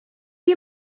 you